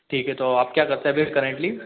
ठीक है तो आप क्या करते हैं अभी करेंटली